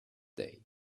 day